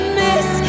miss